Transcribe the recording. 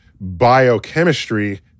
biochemistry